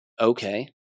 Okay